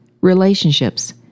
relationships